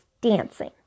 dancing